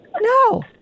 No